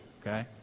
okay